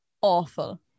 awful